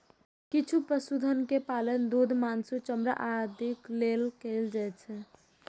किछु पशुधन के पालन दूध, मासु, चमड़ा आदिक लेल कैल जाइ छै